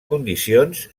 condicions